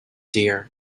deer